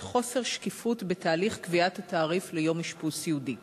חוסר שקיפות בתהליך קביעת התעריף ליום אשפוז סיעודי.